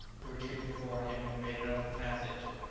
who retreated before him and made an open passage.